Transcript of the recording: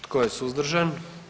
Tko je suzdržan?